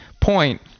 point